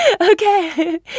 Okay